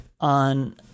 on